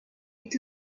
est